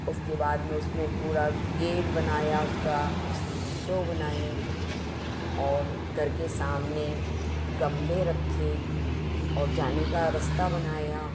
उसके बाद में उसमें पूरा गेट बनाया उसका उसकी विंडो बनाईं और घर के सामने गमले रखे और जाने का रस्ता बनाया